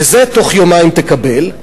ובתוך יומיים תקבל.